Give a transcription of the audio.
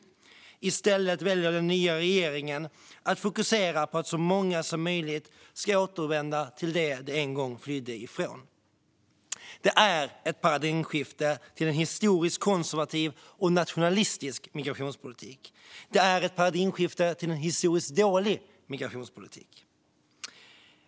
I stället väljer den nya regeringen att fokusera på att så många som möjligt ska återvända till det de en gång flydde från. Det är ett paradigmskifte till en historiskt konservativ och nationalistisk migrationspolitik - till en historiskt dålig migrationspolitik.